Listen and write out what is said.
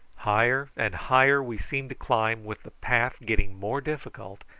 higher and higher we seemed to climb, with the path getting more difficult,